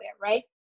right